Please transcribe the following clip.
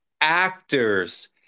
actors